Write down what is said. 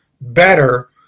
better